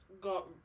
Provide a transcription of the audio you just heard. got